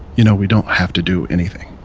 you know, we don't have to do anything